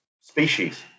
species